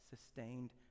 sustained